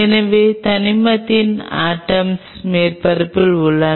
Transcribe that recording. எனவே தனிமத்தின் ஆட்டோம்ஸ் மேற்பரப்பில் உள்ளன